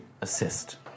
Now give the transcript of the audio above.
assist